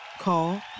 Call